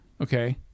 Okay